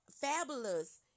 fabulous